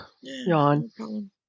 yawn